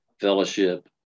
Fellowship